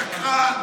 שקרן.